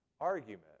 argument